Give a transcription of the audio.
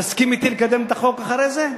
תסכים לקדם את הצעת החוק אחרי זה?